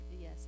yes